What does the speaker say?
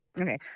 Okay